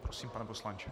Prosím, pane poslanče.